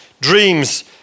dreams